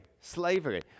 Slavery